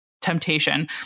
temptation